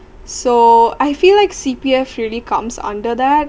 so I feel like C_P_F really comes under that